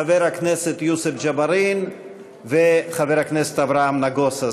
חבר הכנסת יוסף ג'בארין וחבר הכנסת אברהם נגוסה.